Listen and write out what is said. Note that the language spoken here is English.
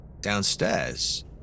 downstairs